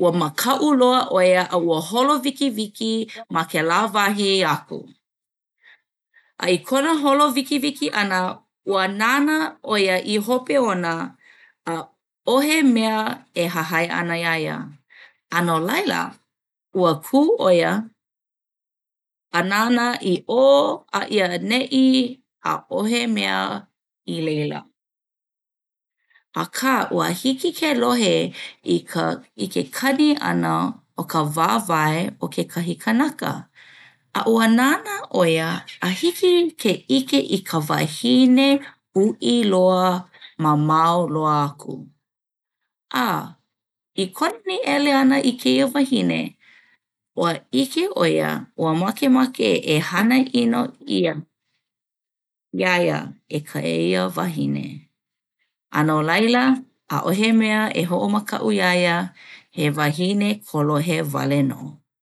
Ua makaʻu loa ʻo ia a ua holo wikiwiki ma kēlā wahi aku. A i kona holo wikiwiki ʻana ua nānā ʻo ia i hope ona, ʻaʻohe mea e hahai ana iā ia a no laila ua kū ʻo ia a nānā i ʻō a i aneʻi ʻaʻohe mea i laila. Akā ua hiki ke lohe i ka i ke kani ʻana o ka wāwae o kekahi kanaka a ua nānā ʻo ia a hiki ke ʻike i ka wahine uʻi loa mamao loa aku. A i kona nīele ʻana i kēia wahine, ua ʻike ʻo ia ua makemake e hana ʻino ʻia iā ia e ka..ia wahine. A no laila ʻaʻohe mea e hoʻomakaʻu iā ia, he wahine kolohe wale nō.